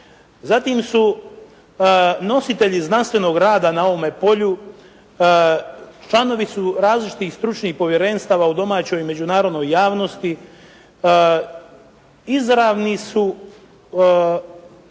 Zatim su nositelji znanstvenog rada na ovome polju, članovi su različitih stručnih povjerenstava u domaćoj i međunarodnoj javnosti. Izravni su